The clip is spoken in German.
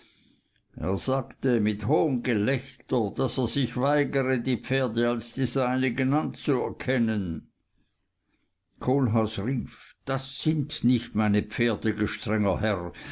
er sagte mit hohngelächter daß er sich weigere die pferde als die seinigen anzuerkennen kohlhaas rief das sind nicht meine pferde gestrenger herr